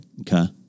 Okay